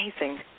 Amazing